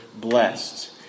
blessed